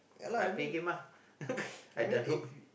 I play game ah I download